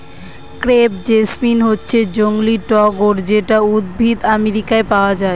crepe jasmine হচ্ছে জংলী টগর যেটা উদ্ভিদ আমেরিকায় পায়